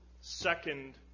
second